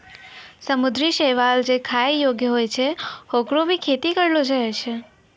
समुद्री शैवाल जे खाय योग्य होय छै, होकरो भी खेती करलो जाय छै